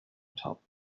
top